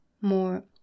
more